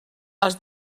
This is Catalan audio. als